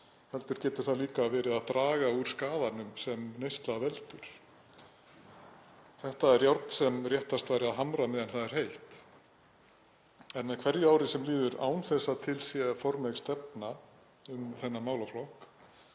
heldur getur það líka verið að draga úr skaðanum sem neysla veldur. Þetta er járn sem réttast væri að hamra meðan það er heitt. En með hverju ári sem líður án þess að til sé formleg stefna um þennan málaflokk